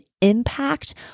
impact